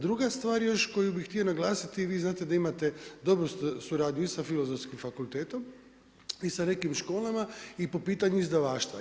Druga stvar još koju bih htio naglasiti, vi znate da imate dobru suradnju i sa Filozofskim fakultetom i sa nekim školama i po pitanju izdavaštva.